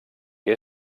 que